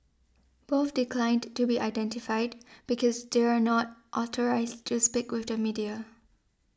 both declined to be identified because they are not authorised to speak with the media